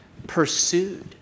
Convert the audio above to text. pursued